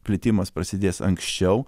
plitimas prasidės anksčiau